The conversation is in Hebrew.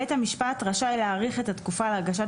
בית המשפט רשאי להאריך את התקופה להגשת